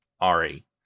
Ari